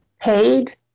paid